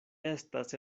estas